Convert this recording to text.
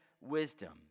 wisdom